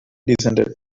descended